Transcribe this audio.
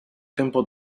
tempo